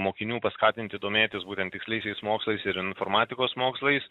mokinių paskatinti domėtis būtent tiksliaisiais mokslais ir informatikos mokslais